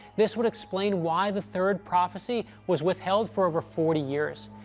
this would explain why the third prophecy was withheld for over forty years.